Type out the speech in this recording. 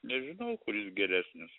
nežinau kuris geresnis